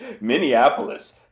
Minneapolis